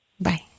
Bye